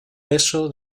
beso